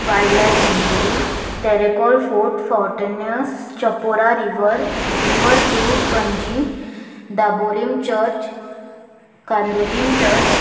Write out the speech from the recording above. wild life sanctuary Terekhol fort Fontainhas Chapora river river cruise Panjim Dabolim church Candolim church